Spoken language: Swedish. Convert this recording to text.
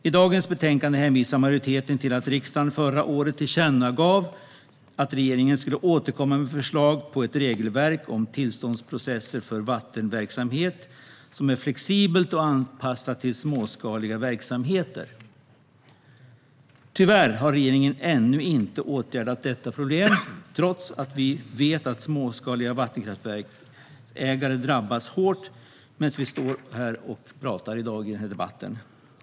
I dagens betänkande hänvisar majoriteten till att riksdagen förra året tillkännagav att regeringen skulle återkomma med förslag till ett regelverk för tillståndsprocesser för vattenverksamhet som är flexibelt och anpassat till småskaliga verksamheter. Tyvärr har regeringen ännu inte åtgärdat detta problem, trots att vi vet att småskaliga vattenkraftsägare drabbas hårt medan vi står här och pratar i debatten.